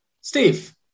Steve